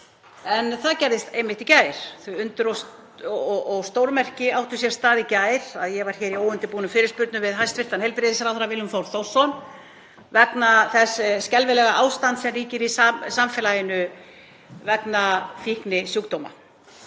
en það gerðist einmitt í gær. Þau undur og stórmerki áttu sér stað í gær þegar ég var hér í óundirbúnum fyrirspurnum við hæstv. heilbrigðisráðherra, Willum Þór Þórsson, vegna þess skelfilega ástands sem ríkir í samfélaginu vegna fíknisjúkdóma.